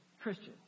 christians